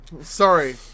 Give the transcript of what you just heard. Sorry